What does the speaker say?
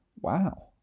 wow